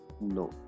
no